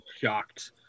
Shocked